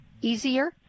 easier